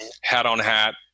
hat-on-hat